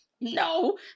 no